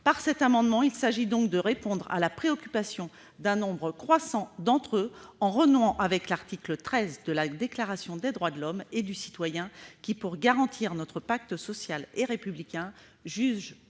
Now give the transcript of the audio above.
Par cet amendement, il s'agit de répondre à la préoccupation d'un nombre croissant d'entre eux, en renouant avec l'article XIII de la Déclaration des droits de l'homme et du citoyen qui, pour garantir notre pacte social et républicain, juge